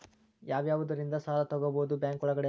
ಯಾವ್ಯಾವುದರಿಂದ ಸಾಲ ತಗೋಬಹುದು ಬ್ಯಾಂಕ್ ಒಳಗಡೆ?